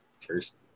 first